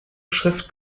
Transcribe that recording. schrift